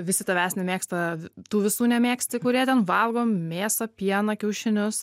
visi tavęs nemėgsta tų visų nemėgsti kurie ten valgo mėsą pieną kiaušinius